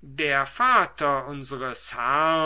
der vater so unseres herrn